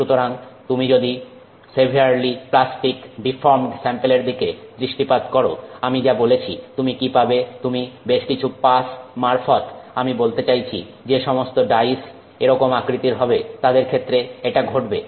সুতরাং তুমি যদি সেভিয়ারলি প্লাস্টিক ডিফর্মড স্যাম্পেলের দিকে দৃষ্টিপাত করো আমি যা বলেছি তুমি কি পাবে তুমি বেশ কিছু পাস মারফত যাবে আমি বলতে চাইছি যে সমস্ত ডাইস এরকম আকৃতির হবে তাদের ক্ষেত্রে এটা ঘটবে